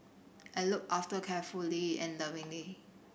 and looked after carefully and lovingly